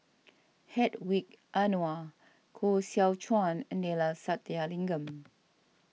Hedwig Anuar Koh Seow Chuan and Neila Sathyalingam